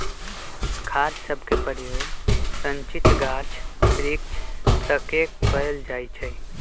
खाद सभके प्रयोग सिंचित गाछ वृक्ष तके कएल जाइ छइ